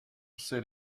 c’est